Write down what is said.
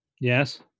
Yes